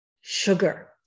sugar